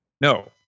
No